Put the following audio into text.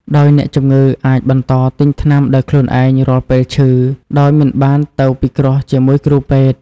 ដោយអ្នកជំងឺអាចបន្តទិញថ្នាំដោយខ្លួនឯងរាល់ពេលឈឺ ដោយមិនបានទៅពិគ្រោះជាមួយគ្រូពេទ្យ។